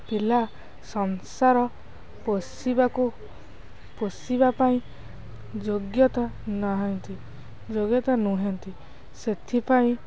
ପିଲା ସଂସାର ପୋଷିବାକୁ ପୋଷିବା ପାଇଁ ଯୋଗ୍ୟତା ନାହାଁନ୍ତି ଯୋଗ୍ୟତା ନୁହଁନ୍ତି ସେଥିପାଇଁ